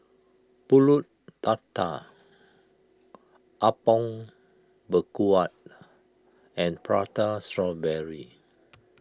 Pulut Tatal Apom Berkuah and Prata Strawberry